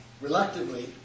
Reluctantly